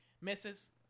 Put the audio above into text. Misses